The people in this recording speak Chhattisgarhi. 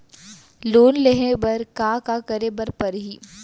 लोन लेहे बर का का का करे बर परहि?